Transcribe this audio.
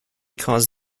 cause